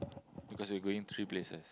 because we going three places